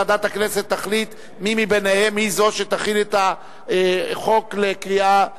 ועדת הכנסת תחליט מי מביניהן היא זו שתכין את החוק לקריאה ראשונה.